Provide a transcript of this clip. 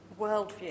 worldview